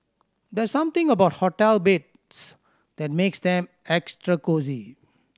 there's something about hotel beds that makes them extra cosy